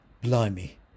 Blimey